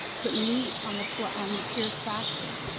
put meat on the on the pierce factors.